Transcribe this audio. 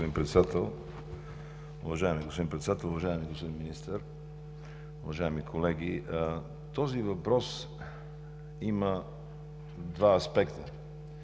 Този въпрос има два аспекта.